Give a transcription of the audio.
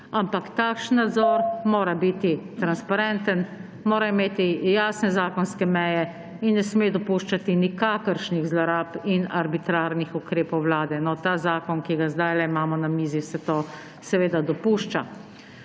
ampak takšen mora biti transparenten, mora imeti jasne zakonske meje in ne sme dopuščati nikakršnih zlorab in arbitrarnih ukrepov vlade. No, ta zakon, ki ga zdaj imamo na mizi, vse to seveda dopušča.